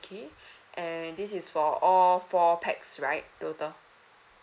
okay and this is for all four pax right total